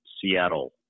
Seattle